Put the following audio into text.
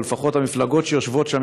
או לפחות המפלגות שיושבות שם,